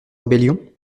rébellion